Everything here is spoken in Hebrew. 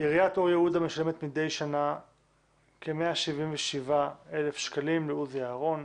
עיריית אור יהודה משלמת מדי שנה כ-177,000 שקלים לעוזי אהרון.